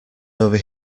over